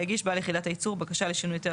יגיש בעל יחידת הייצור בקשה לשינוי היתר